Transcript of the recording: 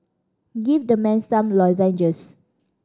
give the man some lozenges